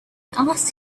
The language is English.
asked